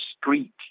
street